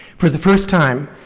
for the first time,